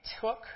took